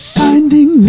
finding